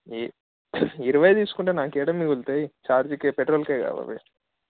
ఏ ఇరవై తీసుకుంటే నాకెక్కడ మిగులుతాయి చార్జీలకే పెట్రోల్కే కావాలి